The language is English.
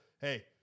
hey